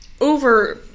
over